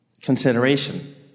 consideration